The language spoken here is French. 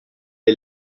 est